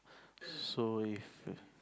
so if if